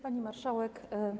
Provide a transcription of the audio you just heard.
Pani Marszałek!